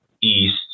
east